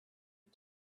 you